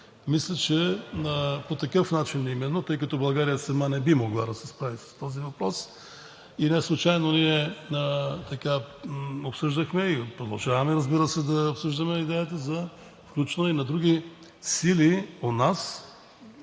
Мисля, че именно по такъв начин, тъй като България сама не би могла да се справи с този въпрос и неслучайно обсъждахме, и продължаваме, разбира се, да обсъждаме идеята за включване и на други сили у нас